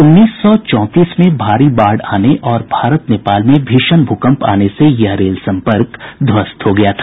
उन्नीस सौ चौंतीस में भारी बाढ़ आने और भारत नेपाल में भीषण भूकंप आने से यह रेल संपर्क ध्वस्त गया था